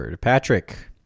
Patrick